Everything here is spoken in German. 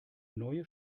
neue